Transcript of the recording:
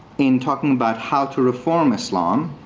in talking about how to reform islam,